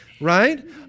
Right